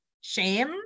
shame